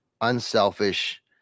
unselfish